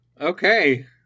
Okay